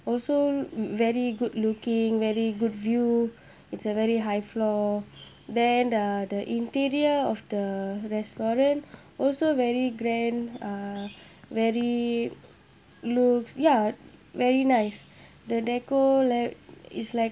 also very good looking very good view it's a very high floor then the the interior of the restaurant also very grand uh very looks ya very nice the deco like is like